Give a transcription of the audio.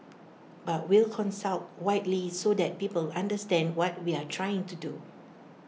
but we'll consult widely so that people understand what we're trying to do